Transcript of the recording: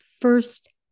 first